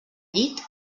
llit